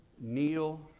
Kneel